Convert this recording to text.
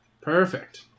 Perfect